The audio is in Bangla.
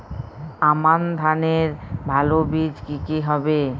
আমান ধানের ভালো বীজ কি কি হবে?